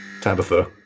Tabitha